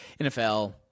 NFL